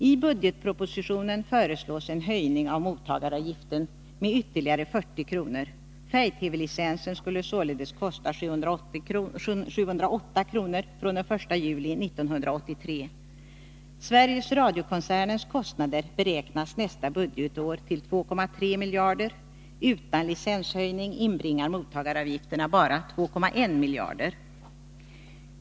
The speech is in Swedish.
I budgetpropositionen föreslås en höjning av mottagaravgiften med ytterligare 40 kr. — färg TV-licensen skulle således kosta 708 kr. fr.o.m. den 1 juli 1983. Sveriges Radio-koncernens kostnader beräknas nästa budgetår till 2,3 miljarder. Utan licenshöjningen inbringar mottagaravgifterna bara 2,1 miljarder.